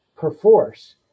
perforce